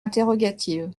interrogative